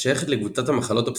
השייכת לקבוצת המחלות הפסיכוטיות.